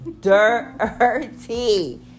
Dirty